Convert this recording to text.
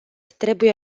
trebuie